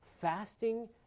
Fasting